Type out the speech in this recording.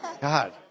God